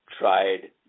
Tried